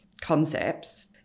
concepts